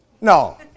No